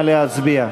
נא להצביע.